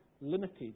limited